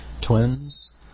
Twins